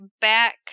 back